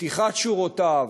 פתיחת שורותיו